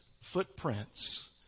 footprints